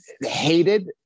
hated